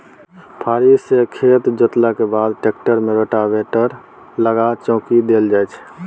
फारी सँ खेत जोतलाक बाद टेक्टर मे रोटेटर लगा चौकी देल जाइ छै